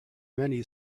many